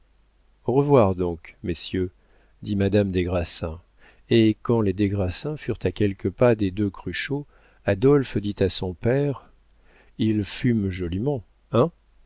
au revoir donc messieurs dit madame des grassins et quand les des grassins furent à quelques pas des deux cruchot adolphe dit à son père ils fument joliment